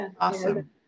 Awesome